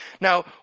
Now